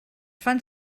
fan